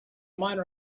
miner